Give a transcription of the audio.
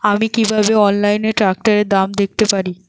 আমি কিভাবে অনলাইনে ট্রাক্টরের দাম দেখতে পারি?